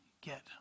get